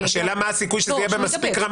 השאלה מה הסיכוי שהוא יידבק?